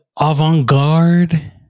avant-garde